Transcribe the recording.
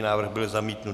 Návrh byl zamítnut.